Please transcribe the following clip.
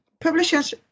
Publishers